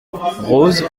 rose